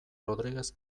rodriguez